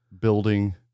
building